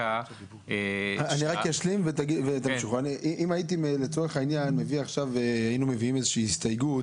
אם היינו מביאים הסתייגות